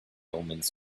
omens